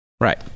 Right